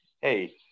hey